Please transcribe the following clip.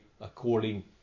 according